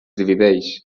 divideix